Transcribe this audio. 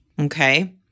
Okay